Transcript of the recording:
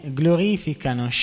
glorificano